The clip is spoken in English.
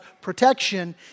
protection